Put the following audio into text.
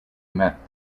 met